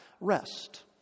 rest